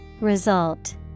Result